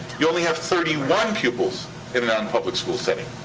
you only have thirty one pupils in a non-public school setting.